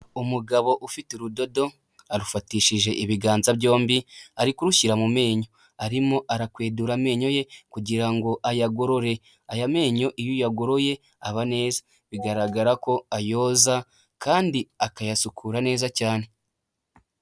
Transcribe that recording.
Umugabo ufite urudodo arufatishije ibiganza byombi ari kurushyira mu menyo, arimo arakwedura amenyo ye kugira ngo ayagorore aya menyo iyo uyagoroye aba neza bigaragara ko ayoza kandi akayasukura neza cyane.